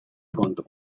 kontu